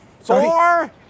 four